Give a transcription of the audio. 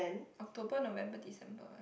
October November December